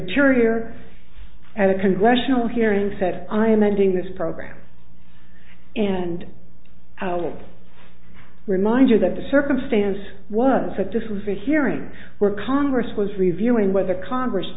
ior at a congressional hearing said i am ending this program and our remind you that the circumstance was that this was a hearing where congress was reviewing whether congress